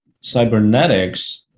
cybernetics